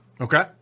Okay